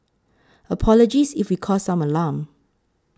apologies if we caused some alarm